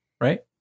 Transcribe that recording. right